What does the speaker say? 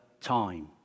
time